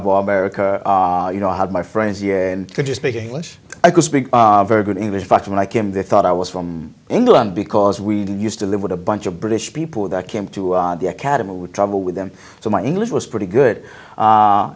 about america you know i had my friends you could you speak english i could speak very good english factor when i came they thought i was from england because we used to live with a bunch of british people that came to the academy would travel with them so my english was pretty good